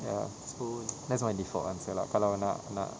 ya that's my default answer lah kalau nak nak